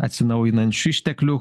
atsinaujinančių išteklių